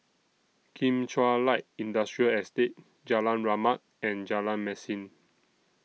Kim Chuan Light Industrial Estate Jalan Rahmat and Jalan Mesin